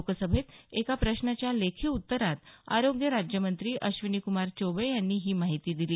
लोकसभेत एका प्रश्नाच्या लेखी उत्तरात आरोग्य राज्यमंत्री अश्विनिक्मार चौबे यांनी ही माहिती दिली